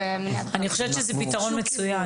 אני חושבת שזה פתרון מצוין.